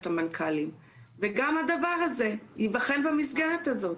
המנכ"לים וגם הדבר זה ייבחן במסגרת הזאת.